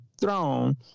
throne